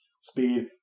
speed